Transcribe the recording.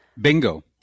Bingo